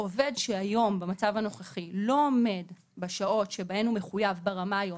עובד שהיום במצב הנוכחי לא עומד בשעות שבהן הוא מחויב ברמה היומית,